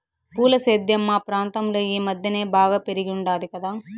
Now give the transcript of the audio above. పూల సేద్యం మా ప్రాంతంలో ఈ మద్దెన బాగా పెరిగుండాది కదా